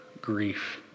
grief